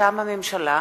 מטעם הממשלה: